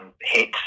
hit